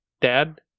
dad